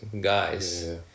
guys